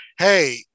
Hey